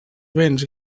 vents